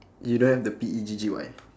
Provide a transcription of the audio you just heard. you don't have the P E G G Y